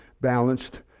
balanced